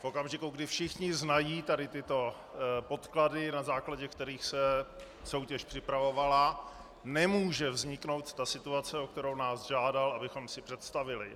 V okamžiku, kdy všichni znají tyto podklady, na základě kterých se soutěž připravovala, nemůže vzniknout situace, o kterou nás žádal, abychom si představili.